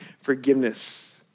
forgiveness